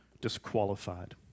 disqualified